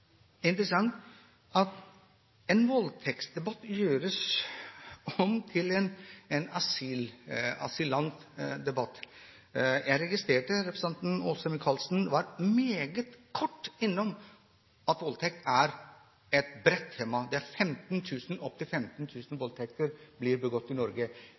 representanten Åse Michaelsen meget kort var innom at voldtekt er et bredt tema. Det er opptil 15 000 voldtekter som blir begått i Norge,